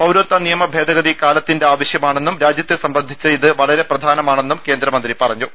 പൌരത്വ നിയമ ഭേദഗതി കാലത്തിന്റെ ആവശ്യമാണെന്നും രാജ്യത്തെ സംബന്ധിച്ച് ഇത് വളരെ പ്രധാനമാണെന്നും കേന്ദ്ര മന്ത്രി പറഞ്ഞു